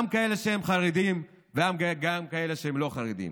גם כאלה שהם חרדים וגם כאלה שהם לא חרדים.